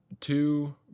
two